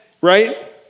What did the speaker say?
right